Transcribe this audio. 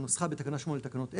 כנוסחה בתקנה 8 לתקנות אלה,